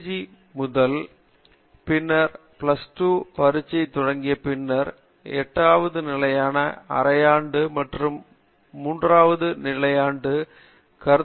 G நுழைவு பின்னர் plus இறுதி பரீட்சை தொடங்க பின்னர் சில எட்டாவது நிலையான அரை ஆண்டு மற்றும் மூன்றாவது நிலையான காலாண்டு